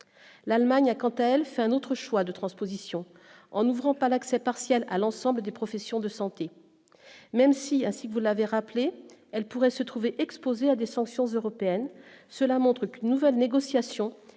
l'Allemagne a quant à elle fait un autre choix de transposition en ouvrant pas l'accès partiel à l'ensemble des professions de santé, même s'il y a si vous l'avez rappelé, elle pourrait se trouver exposés à des sanctions européennes, cela montre qu'une nouvelle négociation